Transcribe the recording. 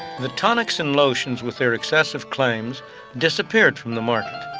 the tonics and lotions with their excessive claims disappeared from the market.